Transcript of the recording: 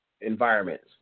environments